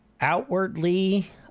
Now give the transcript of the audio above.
outwardly